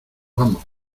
vamos